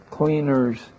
cleaners